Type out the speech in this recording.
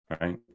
Right